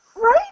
Right